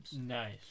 Nice